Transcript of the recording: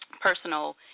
personal